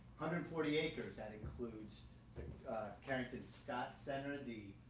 hundred forty acres adding cludes the carrington scott center, the